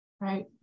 Right